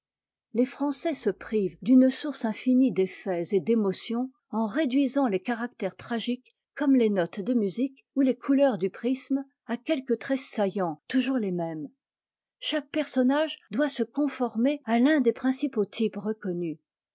les français se privent d'une source infinie d'effets et d'émotions en réduisant les caractères tragiques comme les notes de musique ou les couleurs du prisme à quelques traits saillants toujours les mêmes chaque personnage doit se conformer à l'un des principaux types reconnus